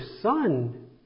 son